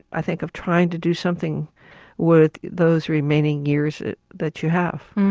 i think, of trying to do something with those remaining years that you have.